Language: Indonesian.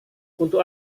untuk